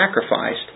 sacrificed